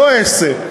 לא אעשה.